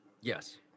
yes